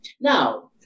Now